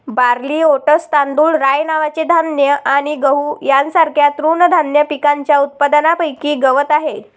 barley, oats, तांदूळ, rye नावाचे धान्य आणि गहू यांसारख्या तृणधान्य पिकांच्या उत्पादनापैकी गवत आहे